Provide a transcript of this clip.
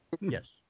Yes